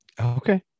Okay